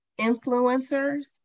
influencers